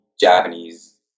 Japanese